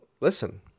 listen